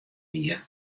wie